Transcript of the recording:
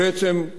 בעצם,